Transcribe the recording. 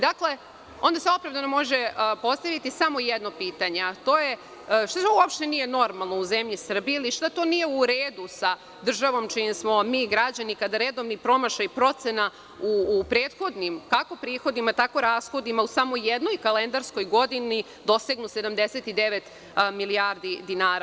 Dakle, onda se opravdano može postaviti samo jedno pitanje, a to je šta to uopšte nije normalno u zemlji Srbiji, ili šta to nije u redu sa državom čiji smo mi građani, kada redovni promašaji procena u prethodnim kako prihodima, tako rashodima u samo jednoj kalendarskoj godini dosegnu 79 milijardi dinara?